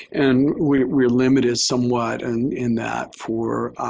and we're limited somewhat and in that for, i